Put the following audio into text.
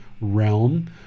realm